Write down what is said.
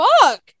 fuck